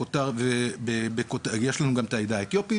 בכותר --- יש לנו גם את העדה האתיופית,